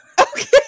Okay